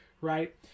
right